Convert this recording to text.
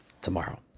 tomorrow